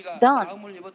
done